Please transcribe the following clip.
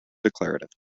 declarative